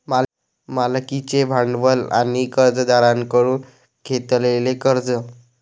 मालकीचे भांडवल आणि कर्जदारांकडून घेतलेले कर्ज